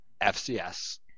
FCS